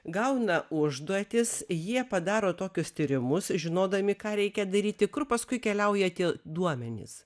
gauna užduotis jie padaro tokius tyrimus žinodami ką reikia daryti kur paskui keliauja tie duomenys